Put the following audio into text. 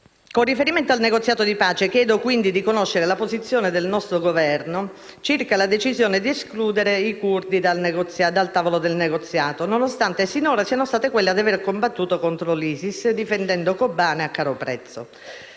Con riferimento al negoziato di pace, chiedo di conoscere la posizione del nostro Governo circa la decisione di escludere i curdi dal tavolo del negoziato, nonostante sinora siano stati coloro ad aver combattuto contro l'ISIS, difendendo Kobane a caro prezzo.